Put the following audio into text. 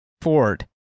Ford